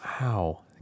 wow